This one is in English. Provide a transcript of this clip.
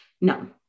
No